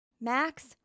Max